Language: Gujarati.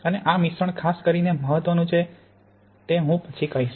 અને ત્યાં મિશ્રણ ખાસ કરીને મહત્વનું છે તે હું પછી કહીશ